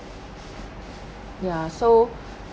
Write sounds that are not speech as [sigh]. ya so [breath]